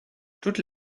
toutes